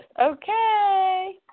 Okay